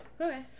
Okay